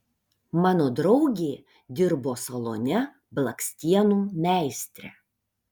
mano draugė dirbo salone blakstienų meistre